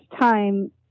time